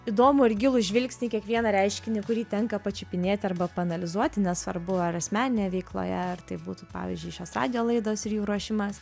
įdomų ir gilų žvilgsnį į kiekvieną reiškinį kurį tenka pačiupinėti arba paanalizuoti nesvarbu ar asmeninėj veikloje ar tai būtų pavyzdžiui šios radijo laidos ir jų ruošimas